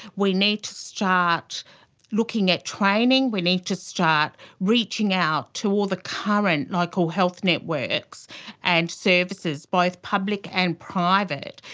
we need to start looking at training, we need to start reaching out to all the current local health networks and services, both public and private,